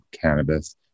cannabis